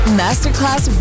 masterclass